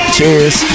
Cheers